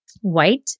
White